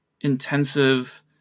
intensive